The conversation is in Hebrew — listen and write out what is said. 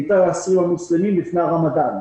וניתן לאסירים המוסלמים לפני הרמדאן,